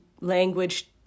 language